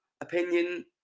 opinion